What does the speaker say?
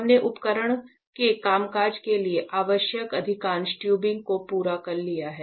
हमने उपकरण के कामकाज के लिए आवश्यक अधिकांश टयूबिंग को पूरा कर लिया है